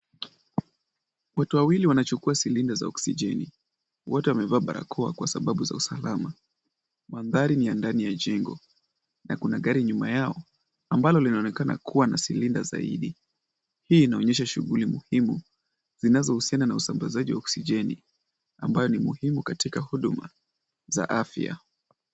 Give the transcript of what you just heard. Watu wawili wanachukua silinda za oksijeni . Wote wamevaa barakoa kwa sababu za usalama. Mandhari ni ya ndani ya jengo. Na kuna gari nyuma yao, ambalo linaonekana kuwa na silinda zaidi. Hii inaonyesha shughuli muhimu zinazohusiana na usambazaji wa oksijeni. Ambayo ni muhimu katika huduma za afya.